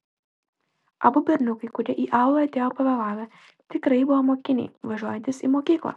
abu berniukai kurie į aulą atėjo pavėlavę tikrai buvo mokiniai važiuojantys į mokyklą